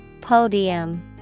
Podium